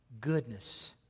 Goodness